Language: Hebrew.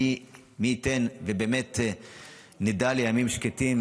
מי ייתן ובאמת נדע ימים שקטים,